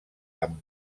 amb